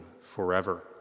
forever